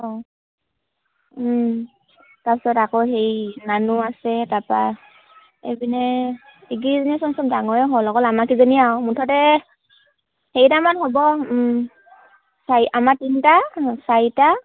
অঁ তাৰপিছত আকৌ হেৰি নানু আছে তাৰাপা এইপিনে এইকেইজনীয়ে চোন ডাঙৰে হ'ল অকল আমাৰকেইজনী আও মুঠতে হেৰিটামান হ'ব চাৰি আমাৰ তিনিটা চাৰিটা